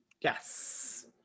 Yes